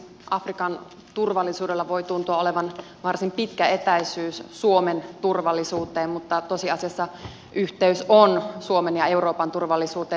afrikan turvallisuudesta voi tuntua olevan varsin pitkä etäisyys suomen turvallisuuteen mutta tosiasiassa yhteys on suomen ja euroopan turvallisuuteen